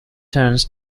turns